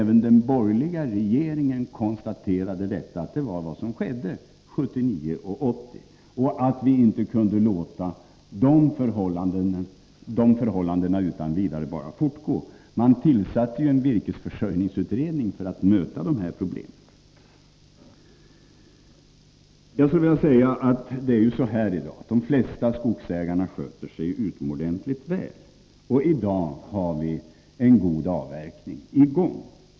Även den borgerliga regeringen konstaterade att detta var vad som skedde 1979 och 1980 och att vi inte utan vidare kunde låta det fortgå. Man tillsatte ju en virkesförsörjningsutredning för att möta dessa problem. De flesta skogsägare sköter sig utomordentligt väl, och i dag har vi en god avverkning.